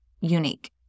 unique